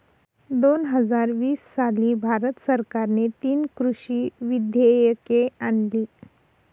दोन हजार वीस साली भारत सरकारने तीन कृषी विधेयके आणली